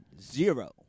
zero